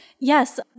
Yes